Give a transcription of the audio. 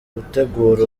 gutegura